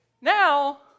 now